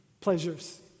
pleasures